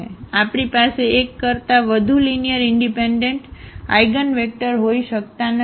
તેથી આપણી પાસે 1 કરતાં વધુ લીનીઅરઇનડિપેન્ડન્ટ આઇગનવેક્ટર હોઈ શકતા નથી